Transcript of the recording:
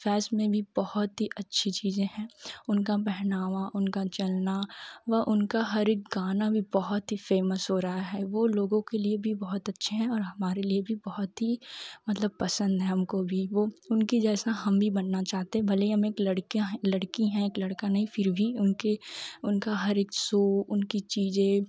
फ़ैस में भी बहुत ही अच्छी चीज़ें हैं उनका पहनावा उनका चलना व उनका हर एक गाना भी बहुत ही फ़ेमस हो रहा है वह लोगों के लिए भी बहुत अच्छे हैं और हमारे लिए भी बहुत ही मतलब पसंद है हमको भी वह उनके जैसा हम भी बनना चाहते हैं भले ही हम एक लडकियाँ हैं लड़की हैं एक लड़का नहीं फिर भी उनके उनका हर एक सो उनकी चीज़ें